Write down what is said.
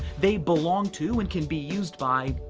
they belong to, and can be used by,